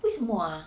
为什么 ah